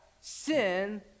sin